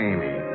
Amy